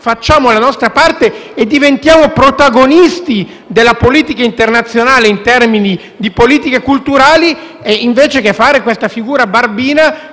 Facciamo la nostra parte e diventiamo protagonisti della politica internazionale in termini di politiche culturali, invece che fare la figura barbina